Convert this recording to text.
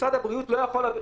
משרד הבריאות לא יכול,